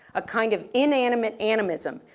a kind of inanimate animism,